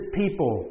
people